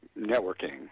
networking